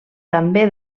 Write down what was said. també